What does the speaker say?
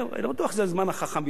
אני לא בטוח שזה הזמן החכם ביותר.